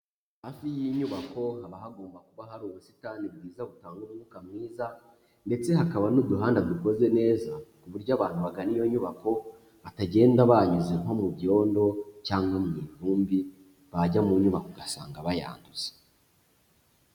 Hafi y'inyubako haba hagomba kuba hari ubusitani bwiza butanga umwuka mwiza ndetse hakaba n'uduhanda dukoze neza, ku buryo abantu bagana iyo nyubako, batagenda banyuze nko mu byondo cyangwa mu ivumbi, bajya mu nyubako ugasanga bayanduza.